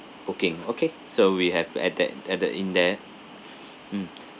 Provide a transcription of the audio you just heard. okay okay so we have to add that add that in there mm